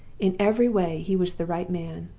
in every way he was the right man,